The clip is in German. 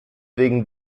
wegen